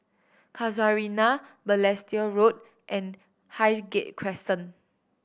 Casuarina Balestier Road and Highgate Crescent